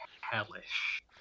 hellish